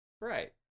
Right